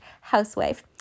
housewife